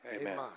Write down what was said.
Amen